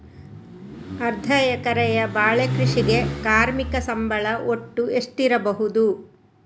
ಅರ್ಧ ಎಕರೆಯ ಬಾಳೆ ಕೃಷಿಗೆ ಕಾರ್ಮಿಕ ಸಂಬಳ ಒಟ್ಟು ಎಷ್ಟಿರಬಹುದು?